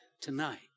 tonight